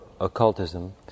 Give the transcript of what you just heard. occultism